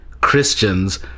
Christians